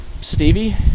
Stevie